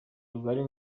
rugari